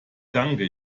danke